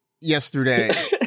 yesterday